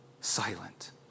silent